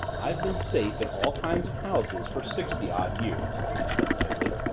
i've been safe in all kinds of houses for sixty-odd years, she said lightly.